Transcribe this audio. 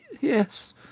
Yes